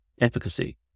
efficacy